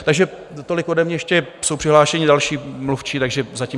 Takže tolik ode mě, ještě jsou přihlášeni další mluvčí, takže zatím.